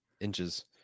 Inches